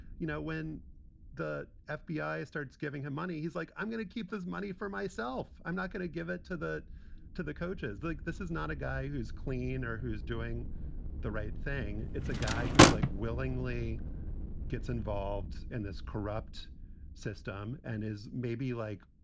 you know, when the ah fbi starts giving him money, he's like, i'm going to keep this money for myself. i'm not going to give it to the to the coaches. this is not a guy who's clean or who's doing the right thing. it's a guy who, like, willingly gets involved in this corrupt system and is maybe like,